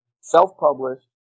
self-published